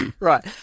Right